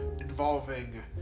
involving